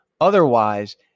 Otherwise